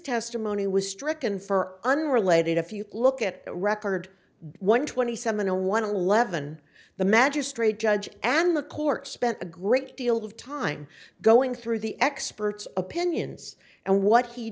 testimony was stricken for unrelated if you look at record one twenty seven a one eleven the magistrate judge and the court spent a great deal of time going through the experts opinions and what he